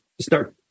start